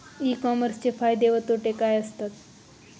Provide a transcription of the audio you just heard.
E कॉमर्सचे फायदे व तोटे काय असतात?